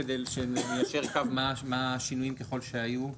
כדי שניישר קו מה השינויים ככל שהיו.